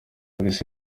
polisi